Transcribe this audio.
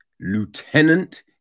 lieutenant